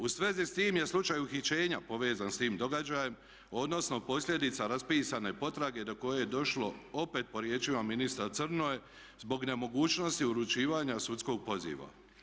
U svezi s tim je slučaj uhićenja povezan s tim događajem odnosno posljedica raspisane potrage do koje je došlo opet po riječima ministra Crnoje zbog nemogućnosti uručivanja sudskog poziva.